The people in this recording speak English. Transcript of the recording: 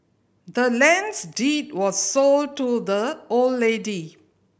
the land's deed was sold to the old lady